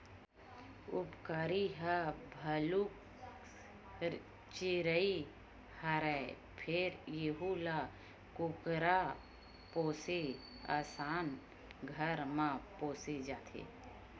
उपकारी ह भलुक चिरई हरय फेर यहूं ल कुकरा पोसे असन घर म पोसे जाथे